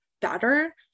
better